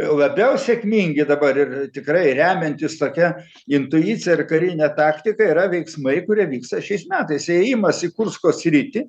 labiau sėkmingi dabar ir tikrai remiantis tokia intuicija ir karine taktika yra veiksmai kurie vyksta šiais metais įėjimas į kursko sritį